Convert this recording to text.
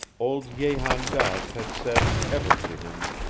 old jehan daas had said ever to him,